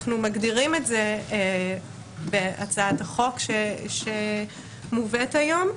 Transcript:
אנחנו מגדירים את זה בהצעת החוק שמובאת היום.